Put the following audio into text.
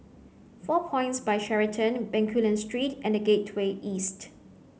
four points By Sheraton Bencoolen Street and Gateway East